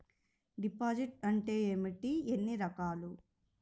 Deposit అంటే ఏమిటీ ఎన్ని రకాలు?